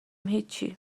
هیچی